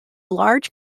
large